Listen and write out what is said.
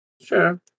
Sure